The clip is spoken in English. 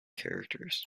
characters